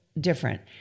different